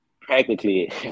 practically